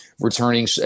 returning